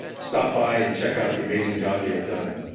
stop by and check out the amazing job they have done.